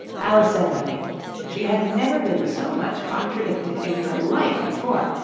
alice said nothing she had never been so much contradicted in her life before,